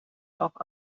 auch